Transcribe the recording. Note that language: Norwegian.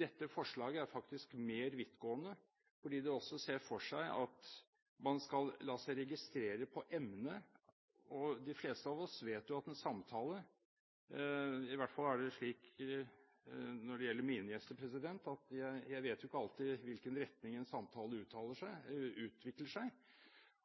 Dette forslaget er faktisk mer vidtgående, fordi det også ser for seg at man skal la seg registrere på emne. De fleste av oss vet jo at i en samtale – i hvert fall er det slik når det gjelder mine gjester – vet en ikke alltid hvilken retning samtalen utvikler seg,